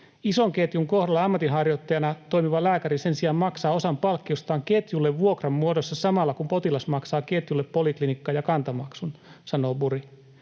Ison ketjun kohdalla ammatinharjoittajana toimiva lääkäri sen sijaan maksaa osan palkkiostaan ketjulle vuokran muodossa samalla, kun potilas maksaa ketjulle poliklinikka- ja Kanta-maksun”, sanoo Buri.